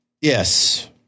Yes